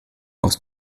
aus